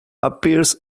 appears